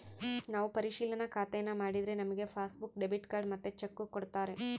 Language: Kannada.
ನಾವು ಪರಿಶಿಲನಾ ಖಾತೇನಾ ಮಾಡಿದ್ರೆ ನಮಿಗೆ ಪಾಸ್ಬುಕ್ಕು, ಡೆಬಿಟ್ ಕಾರ್ಡ್ ಮತ್ತೆ ಚೆಕ್ಕು ಕೊಡ್ತಾರ